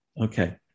Okay